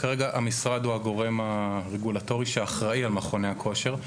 כרגע הוא המשרד הוא הגורם הרגולטורי שאחראי על מכוני הכושר.